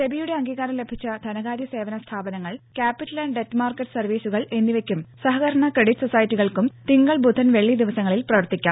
സെബിയുടെ അംഗീകാരം ലഭിച്ച ധനകാര്യ സേവന സ്ഥാപനങ്ങൾ ക്യാപിറ്റൽ ആന്റ് ഡെറ്റ് മാർക്കറ്റ് സർവ്വീസുകൾ എന്നിവയ്ക്കും സഹകരണ ക്രഡിറ്റ് സൊസൈറ്റികൾക്കും തിങ്കൾ ബുധൻ വെള്ളി ദിവസങ്ങളിൽ പ്രവർത്തിക്കാം